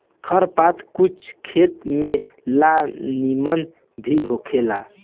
खर पात कुछ खेत में ला निमन भी होखेला